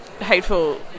hateful